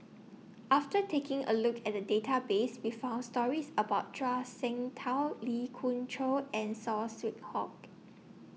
after taking A Look At The Database We found stories about Zhuang Shengtao Lee Khoon Choy and Saw Swee Hock